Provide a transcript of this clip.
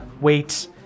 wait